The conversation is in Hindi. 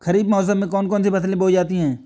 खरीफ मौसम में कौन कौन सी फसलें बोई जाती हैं?